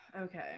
Okay